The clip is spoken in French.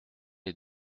est